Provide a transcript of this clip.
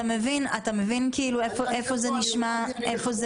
אתה מבין איפה זה לא מסתדר?